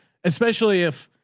especially if,